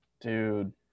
Dude